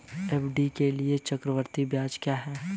FD के लिए चक्रवृद्धि ब्याज क्या है?